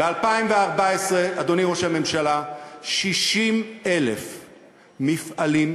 ב-2014, אדוני ראש הממשלה, 60,000 מפעלים,